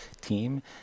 team